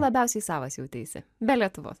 labiausiai savas jauteisi be lietuvos